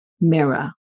mirror